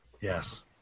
Yes